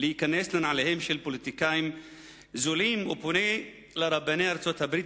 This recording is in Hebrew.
להיכנס לנעליהם של פוליטיקאים זולים ופונה אל רבני ארצות-הברית